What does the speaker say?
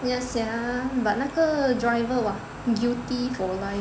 ya sia but 那个 driver !wah! guilty for life